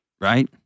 Right